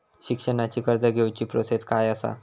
शिक्षणाची कर्ज घेऊची प्रोसेस काय असा?